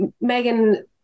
Megan